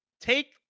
Take